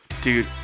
Dude